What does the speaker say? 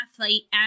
athlete